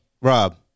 Rob